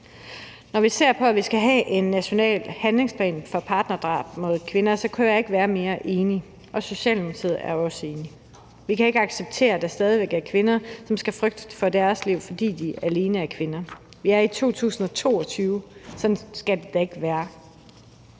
Når vi ser på, at vi skal have en national handlingsplan mod partnerdrab mod kvinder, kunne jeg ikke være mere enig, og Socialdemokratiet er også enig i det. Vi kan ikke acceptere, at der stadig væk er kvinder, som skal frygte for deres liv, alene fordi de er kvinder. Vi er i 2022, og sådan skal det da ikke være.